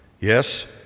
Yes